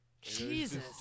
Jesus